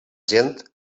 gent